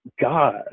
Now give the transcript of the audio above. God